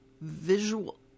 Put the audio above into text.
visual